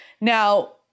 Now